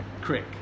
Crick